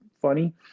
funny